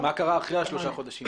מה קרה אחרי שלושת החודשים?